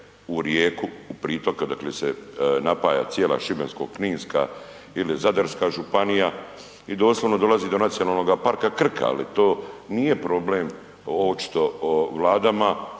u rijeku, pritoka odakle se napaja cijela Šibensko-kninska ili Zadarska županija i doslovno dolazi do Nacionalnoga parka Krka, ali to nije problem očito vladama